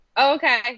Okay